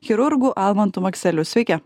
chirurgu almantu makseliu sveiki